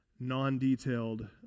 Non-detailed